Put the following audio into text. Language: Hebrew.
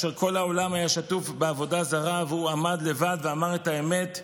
כל העולם היה שטוף בעבודה זרה והוא עמד לבד ואמר את האמת: